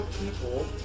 people